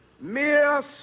Mere